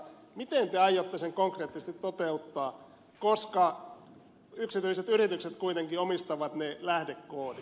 miten te aiotte sen konkreettisesti toteuttaa koska yksityiset yritykset kuitenkin omistavat ne lähdekoodit